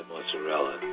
Mozzarella